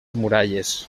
muralles